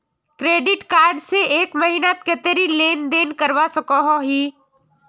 Credit card से एक महीनात कतेरी लेन देन करवा सकोहो ही?